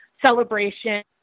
celebration